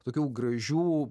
tokių gražių